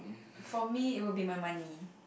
for me it will be my money